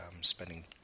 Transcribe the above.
spending